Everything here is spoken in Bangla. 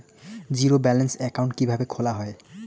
জিরো ব্যালেন্স একাউন্ট কিভাবে খোলা হয়?